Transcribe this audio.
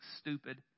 stupid